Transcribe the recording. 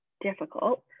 difficult